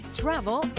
travel